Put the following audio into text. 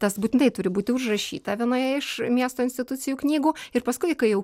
tas būtinai turi būti užrašyta vienoje iš miesto institucijų knygų ir paskui kai jau